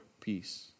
peace